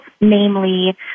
namely